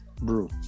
brew